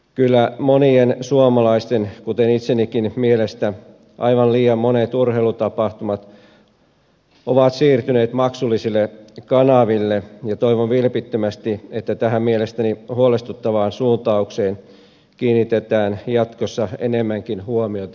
kyllä monien suomalaisten kuten itsenikin mielestä aivan liian monet urheilutapahtumat ovat siirtyneet maksullisille kanaville ja toivon vilpittömästi että tähän mielestäni huolestuttavaan suuntaukseen kiinnitetään jatkossa enemmänkin huomiota